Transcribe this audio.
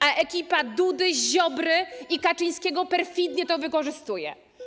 A ekipa Dudy, Ziobry i Kaczyńskiego perfidnie to wykorzystuje.